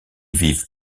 vivent